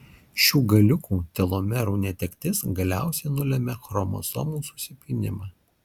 šių galiukų telomerų netektis galiausiai nulemia chromosomų susipynimą